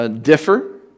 Differ